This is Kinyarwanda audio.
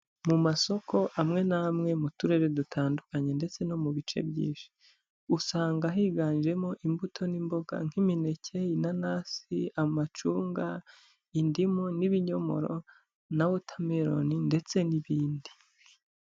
Mu masoko amwe n'amwe, mu turere dutandukanye ndetse no mu bice byinshi, usanga higanjemo imbuto n'imboga, nk'imineke, inanasi, amacunga, indimu n'ibinyomoro na wotameroni ndetse n'ibindi.